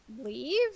leave